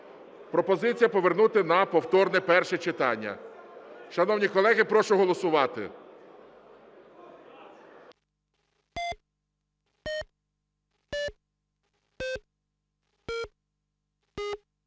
Пропозиція повернути на повторне перше читання. Шановні колеги, прошу голосувати.